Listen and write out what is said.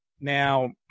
Now